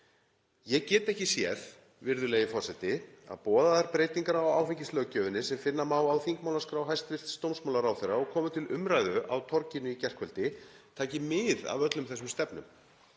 Ég get ekki séð, virðulegi forseti, að boðaðar breytingar á áfengislöggjöfinni sem finna má á þingmálaskrá hæstv. dómsmálaráðherra og komu til umræðu á Torginu í gærkvöldi taki mið af öllum þessum stefnum.